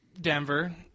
Denver